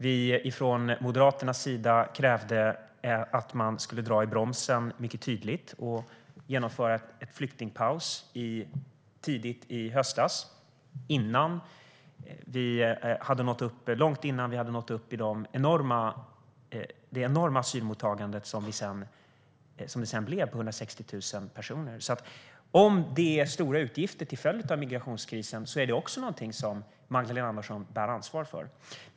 Vi från Moderaternas sida krävde mycket tydligt att man skulle dra i bromsen och genomföra en flyktingpaus tidigt i höstas, långt innan vi hade nått upp till det enorma asylmottagande som det sedan blev - 160 000 personer. Om det är stora utgifter till följd av migrationskrisen är det också någonting som Magdalena Andersson bär ansvar för.